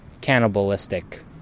cannibalistic